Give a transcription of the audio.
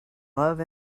love